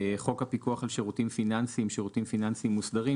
בחוק הפיקוח על שירותים פיננסיים (שירותים פיננסיים מוסדרים),